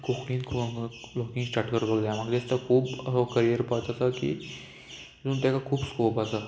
कोंकणीन blogging start करपाक जाय म्हाका दिसता खूब करियर पाथ आसा की तितून तेका खूब स्कोप आसा